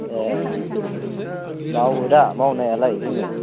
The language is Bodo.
ए मावोदा मावनायालाय जोङो